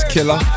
Killer